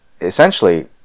essentially